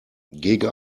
gegen